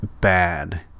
bad